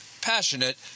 passionate